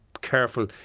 careful